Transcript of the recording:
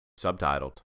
subtitled